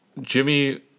Jimmy